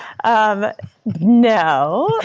um no,